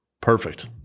Perfect